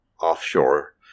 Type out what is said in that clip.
offshore